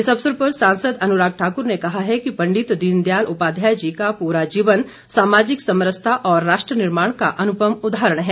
इस अवसर पर सांसद अनुराग ठाकुर ने कहा है कि पंडित दीनदयाल उपाध्याय जी का पूरा जीवन सामाजिक समरसता और राष्ट्र निर्माण का अनुपम उदाहरण है